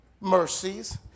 mercies